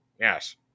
Yes